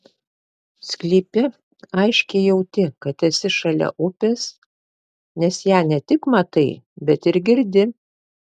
sklype aiškiai jauti kad esi šalia upės nes ją ne tik matai bet ir girdi